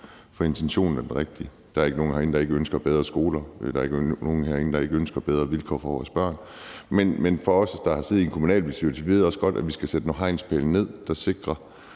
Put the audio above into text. for intentionen er den rigtige. Der er ikke nogen herinde, der ikke ønsker bedre skoler. Der er ikke nogen herinde, der ikke ønsker bedre vilkår for vores børn. Men vi, der har siddet i en kommunalbestyrelse, ved også godt, at vi skal sætte nogle hegnspæle op, der sikrer,